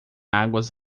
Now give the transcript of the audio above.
águas